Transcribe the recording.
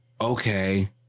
okay